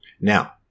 Now